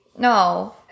No